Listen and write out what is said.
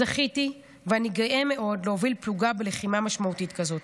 "זכיתי ואני גאה מאוד להוביל פלוגה בלחימה משמעותית כזאת.